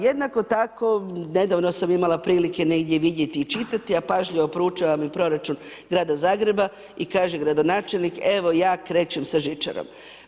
Jednako tako, nedavno sam imala prilike negdje vidjeti i čitati, a pažljivo proučavam i proračun grada Zagreba i kaže gradonačelnik evo ja krećem sa žičarom.